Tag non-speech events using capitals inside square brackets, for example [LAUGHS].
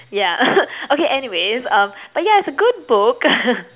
yeah [LAUGHS] okay anyways um but yeah it's a good book [LAUGHS]